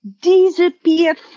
disappeared